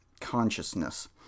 consciousness